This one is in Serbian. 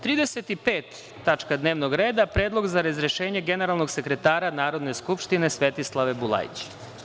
Tačka 35. dnevnog reda – Predlog za razrešenje generalnog sekretara Narodne skupštine Svetislave Bulajić.